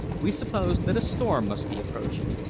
we supposed that a storm must be approaching.